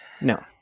No